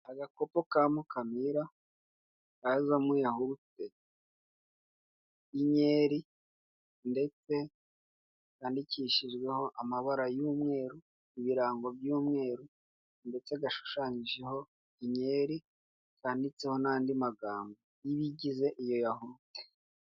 Agakopo ka mukamira kazamo yahurute y'inyeri ndetse kandikishijweho amabara y'umweru ibirango by'umweru ndetse gashushanyijeho inyeri kandiditseho n'andi magambo y'ibigize iyo yahurute.